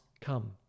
come